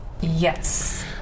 Yes